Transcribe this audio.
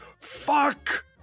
fuck